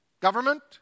government